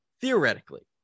theoretically